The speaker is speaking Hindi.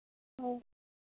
हाँ